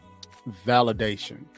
validation